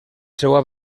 seua